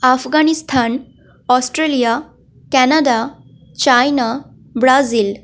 Afghanistan Australia Canada China Brazil